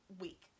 week